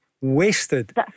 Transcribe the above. wasted